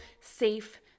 safe